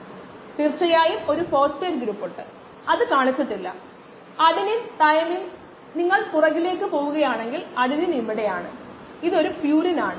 അപ്പോഴേക്കും ഉൽപ്പന്ന സാന്ദ്രത വർദ്ധിക്കുകയും അവയ്ക്ക് ബാച്ച് നഷ്ടപ്പെടുകയും അത് കോശങ്ങൾക്ക് വിഷമായി മാറുകയും ബാച്ച് നഷ്ടപ്പെടുകയും ചെയ്യുമായിരുന്നു